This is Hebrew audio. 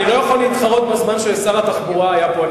אני לא יכול להתחרות בזמן ששר התחבורה היה פה?